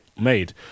made